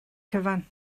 cyfan